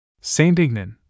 Saint-Ignan